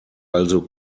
also